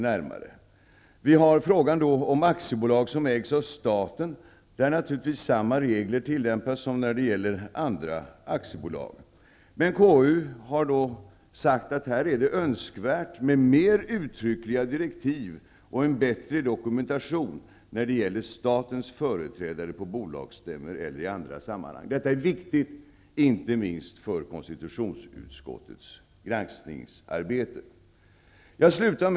Det gäller frågan om aktiebolag som ägs av staten. Naturligtvis tillämpas samma regler där som de som gäller för andra aktiebolag. Men KU har sagt att det är önskvärt med mer uttyckliga direktiv och en bättre dokumentation när det gäller statens företrädare på bolagsstämmor eller i andra sammanhang. Detta är viktigt, inte minst för konstitutionsutskottets granskningsarbete. Fru talman!